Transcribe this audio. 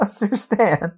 Understand